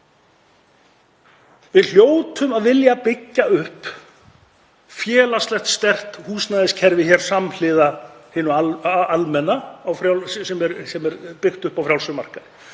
Við hljótum að vilja byggja upp félagslegt, sterkt húsnæðiskerfi samhliða hinu almenna sem er byggt upp á frjálsum markaði.